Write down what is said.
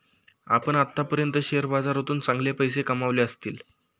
आपण आत्तापर्यंत शेअर बाजारातून चांगले पैसे कमावले असतील